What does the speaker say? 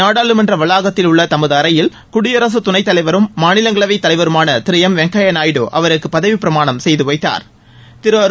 நாடாளுமன்ற வளாகத்திலுள்ள தமது அறையில் குடியரசு துணைத்தலைவரும் மாநிலங்களவை தலைவருமான திரு எம் வெங்கய்யா நாயுடு அவருக்கு பதவி பிரமாணம் செய்து வைத்தாா்